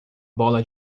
bola